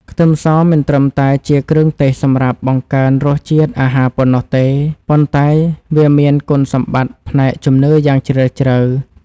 ខ្ទឹមសមិនត្រឹមតែជាគ្រឿងទេសសម្រាប់បង្កើនរសជាតិអាហារប៉ុណ្ណោះទេប៉ុន្តែវាមានគុណសម្បត្តិផ្នែកជំនឿយ៉ាងជ្រាលជ្រៅ។